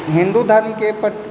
हिन्दू धर्मके प्रति